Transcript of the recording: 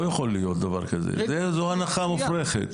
לא יכול להיות דבר כזה, זו הנחה מופרכת.